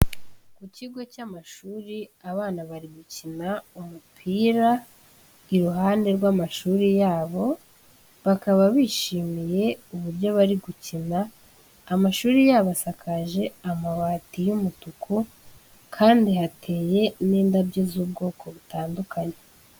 Ku kigo cy'amashuri abana bari gukina umupira, iruhande rw'amashuri yabo bakaba bishimiye uburyo bari gukina, amashuri yabo asakaje amabati y'umutuku kandi hateye n'indabyo z'ubwoko butandukanye.